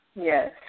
Yes